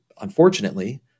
unfortunately